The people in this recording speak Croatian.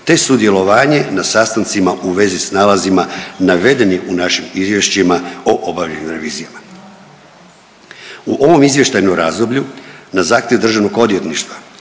te sudjelovanje na sastancima u vezi s nalazima navedenim u našim izvješćima o obavljenim revizijama. U ovom izvještajnom razdoblju na zahtjev Državnog odvjetništva